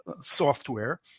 software